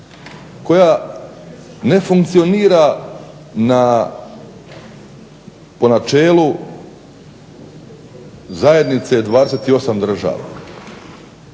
koja ne funkcionira po načelu zajednice 28 država.